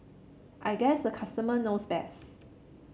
I guess the customer knows best